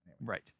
Right